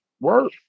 Work